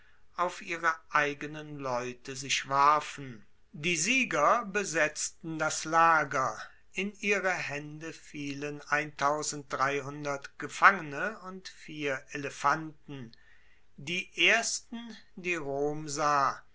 auf ihre eigenen leute sich warfen die sieger besetzten das lager in ihre haende fielen gefangene und vier elefanten die ersten die rom sah